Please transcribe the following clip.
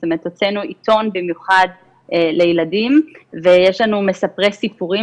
זאת אומרת הוצאנו עיתון במיוחד לילדים ויש לנו מספרי סיפורים